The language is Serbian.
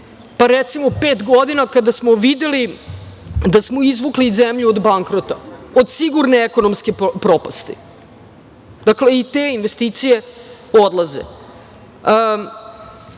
poslednjih pet godina kada smo videli da smo izvukli zemlju iz bankrota, od sigurne ekonomske propasti. Dakle, i te investicije odlaze. To